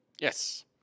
Yes